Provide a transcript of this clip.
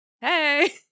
Hey